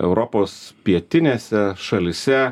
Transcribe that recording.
europos pietinėse šalyse